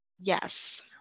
yes